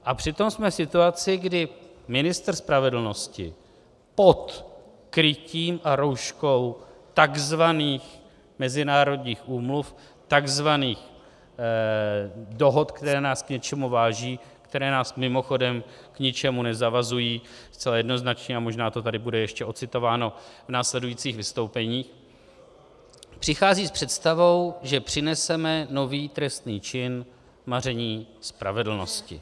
A přitom jsme v situaci, kdy ministr spravedlnosti pod krytím a rouškou tzv. mezinárodních úmluv, tzv. dohod, které nás k něčemu vážou, které nás mimochodem k ničemu nezavazují zcela jednoznačně, a možná to tady bude ještě odcitováno v následujících vystoupeních, přichází s představou, že přineseme nový trestný čin maření spravedlnosti.